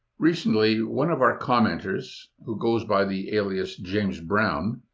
recently, one of our commenters, who goes by the alias, jamesbrown,